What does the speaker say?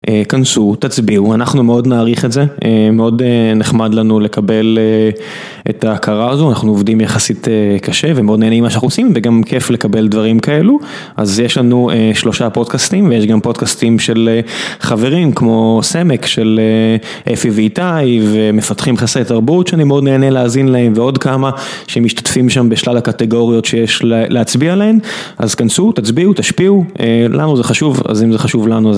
כנסו תצביעו אנחנו מאוד נעריך את זה מאוד נחמד לנו לקבל את ההכרה הזו אנחנו עובדים יחסית קשה ומאוד נהנים מה שאנחנו עושים וגם כיף לקבל דברים כאלו. אז יש לנו שלושה פודקאסטים ויש גם פודקאסטים של חברים כמו ס׳עמק של אפי ואיתי ומפתחים חסרי תרבות שאני מאוד נהנה להאזין להם ועוד כמה שהם משתתפים שם בשלל הקטגוריות שיש להצביע עליהם. אז כנסו תצביעו תשפיעו לנו זה חשוב אז אם זה חשוב לנו.